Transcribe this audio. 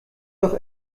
doch